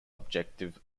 objective